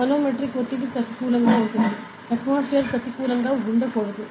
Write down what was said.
manometric ఒత్తిడి ప్రతికూలంగా ఉంటుంది ఆత్మోస్ఫెరిక్ ప్రెషర్ ప్రతికూలంగా ఉండకూడదు